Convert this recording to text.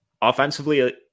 Offensively